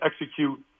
execute